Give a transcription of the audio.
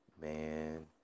man